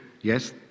yes